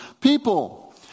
people